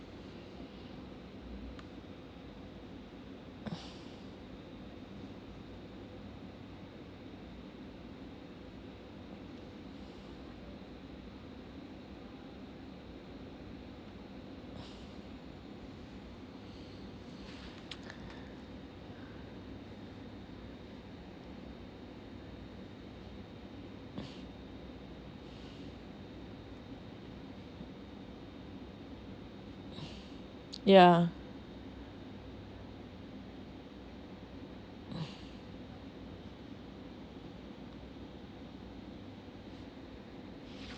yeah